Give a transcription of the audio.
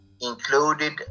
included